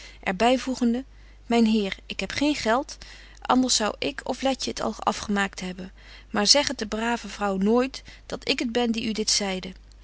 er byvoegende myn heer ik heb geen geld anders zou ik of letje het al afgemaakt hebben maar zeg het de brave vrouw nooit dat ik het ben die u dit zeide